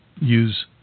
use